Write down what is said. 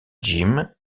jim